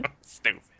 Stupid